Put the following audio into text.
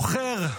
עוכר,